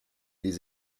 des